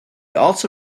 also